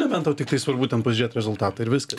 nebent tau tiktai svarbu ten pažiūrėt rezultatą ir viskas